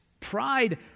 Pride